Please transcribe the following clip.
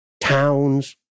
towns